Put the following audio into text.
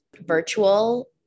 virtual